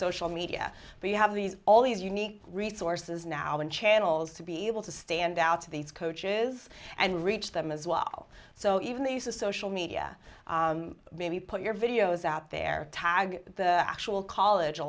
social media but you have these all these unique resources now and channels to be able to stand out to these coaches and reach them as well so even the use of social media maybe put your videos out there the actual college a